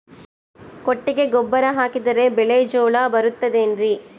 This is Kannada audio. ಕೊಟ್ಟಿಗೆ ಗೊಬ್ಬರ ಹಾಕಿದರೆ ಬೆಳೆ ಚೊಲೊ ಬರುತ್ತದೆ ಏನ್ರಿ?